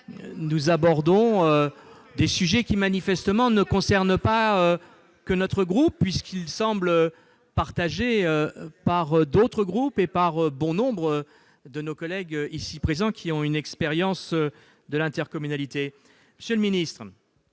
Marie ! Ces sujets, manifestement, ne concernent pas seulement notre groupe, mais semblent être partagés par d'autres groupes et par bon nombre de nos collègues ici présents, qui ont une expérience de l'intercommunalité. Monsieur le ministre,